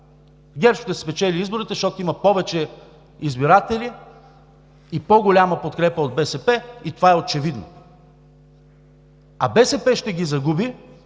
ГЕРБ ще спечели изборите, защото има повече избиратели и по-голяма подкрепа от БСП, и това е очевидно! А БСП ще ги загуби,